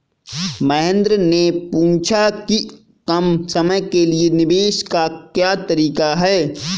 महेन्द्र ने पूछा कि कम समय के लिए निवेश का क्या तरीका है?